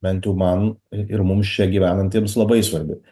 bent jau man i ir mums čia gyvenantiems labai svarbi